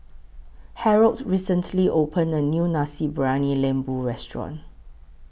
Harold recently opened A New Nasi Briyani Lembu Restaurant